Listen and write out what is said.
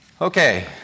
Okay